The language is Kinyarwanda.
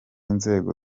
nzego